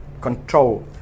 control